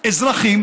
אזרחים